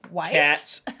cats